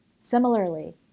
Similarly